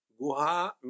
Guha